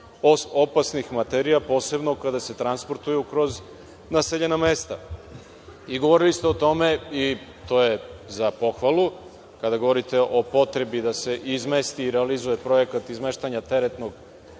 opasnih materija, posebno kada se transportuju kroz naseljena mesta. Govorili ste o tome i to je za pohvalu, kada govorite o potrebi da se izmesti i realizuje projekat izmeštanja teretnog